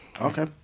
Okay